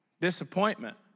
disappointment